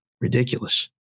ridiculous